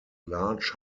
large